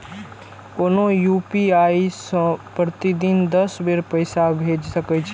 कोनो यू.पी.आई सं प्रतिदिन दस बेर पैसा भेज सकै छी